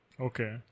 okay